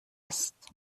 است